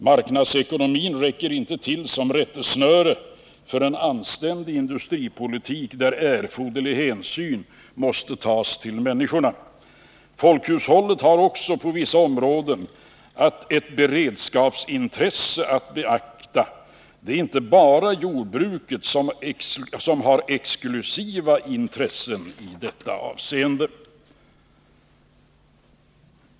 Marknadsekonomin räcker inte till som rättesnöre för en anständig industripolitik, där erforderlig hänsyn måste tas till människorna. Folkhushållet har också på vissa områden ett beredskapsintresse att beakta. Det är inte bara jordbruket som har exklusiva intressen i detta avseende.